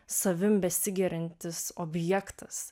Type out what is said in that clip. savim besigiriantis objektas